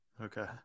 Okay